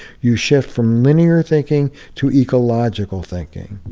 you shift from linear thinking to ecological thinking.